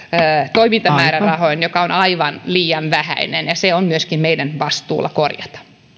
toimintamäärärahoja mikä on aivan liian vähän ja se on myöskin meidän vastuullamme korjata